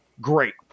great